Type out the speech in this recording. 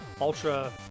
Ultra